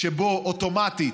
שבו זה אוטומטי,